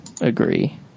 Agree